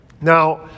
Now